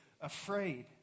afraid